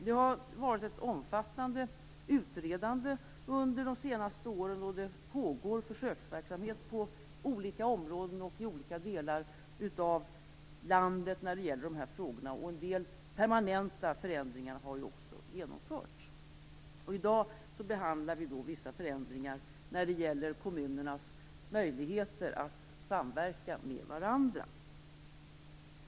Det har varit ett omfattande utredande under de senaste åren, och det pågår försöksverksamhet på olika områden och i olika delar av landet när det gäller dessa frågor. En del permanenta förändringar har också genomförts. I dag behandlar vi vissa förändringar när det gäller kommunernas möjligheter att samverka med varandra.